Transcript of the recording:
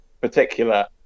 particular